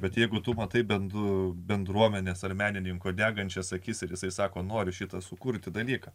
bet jeigu tu matai bent du bendruomenės ar menininko degančias akis ir jisai sako noriu šį tą sukurti dalyką